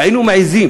היינו מעזים